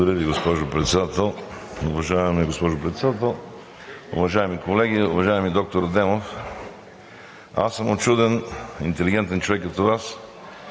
Уважаема госпожо Председател, уважаеми колеги! Уважаеми доктор Адемов, аз съм учуден – интелигентен човек като Вас,